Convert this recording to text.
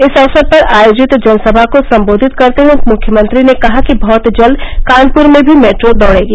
इस अवसर पर आयोजित जनसभा को सम्बोधित करते हुये मुख्यमंत्री ने कहा कि बहुत जल्द कानपुर में भी मेट्रो दौड़ेगी